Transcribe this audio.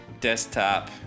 desktop